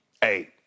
Hey